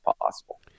possible